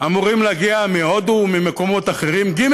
אמורים להגיע מהודו וממקומות אחרים, ג.